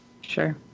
Sure